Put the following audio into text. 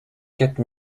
quatre